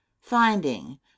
Finding